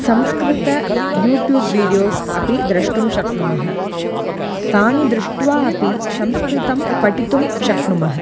Sanskrit YouTube videos अपि द्रष्टुं शक्नुमः तानि दृष्ट्वा अपि संस्कृतं पठितुं शक्नुमः